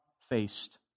faced